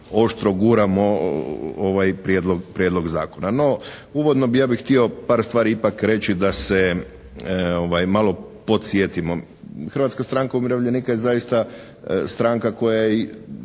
oštro guramo ovaj prijedlog zakona. No uvodno ja bih htio par stvari ipak reći da se malo podsjetimo. Hrvatska stranka umirovljenika je zaista stranka koja je